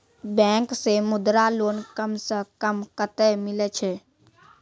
Bank से Mudra loan कम सऽ कम कतैय मिलैय छै?